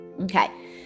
Okay